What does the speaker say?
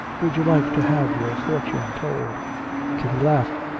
would you like to have your fortune told kitty laughed.